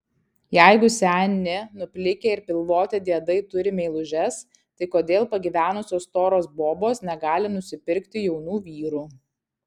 jeigu seni nuplikę ir pilvoti diedai turi meilužes tai kodėl pagyvenusios storos bobos negali nusipirkti jaunų vyrų